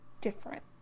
different